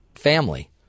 family